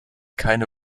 keine